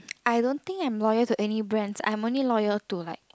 I don't think I'm loyal to any brand I am only loyal to like